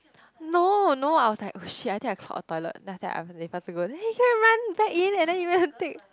no no I was like oh shit I think I clog a toilet then I was I'm later to go then he go and run back in and he went to take